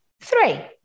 three